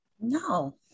No